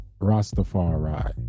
Rastafari